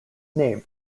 named